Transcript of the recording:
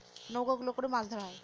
নৌকা গুলো করে মাছ ধরা হয়